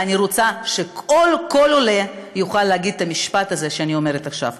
ואני רוצה שכל עולה יוכל להגיד את המשפט הזה שאני אומרת עכשיו: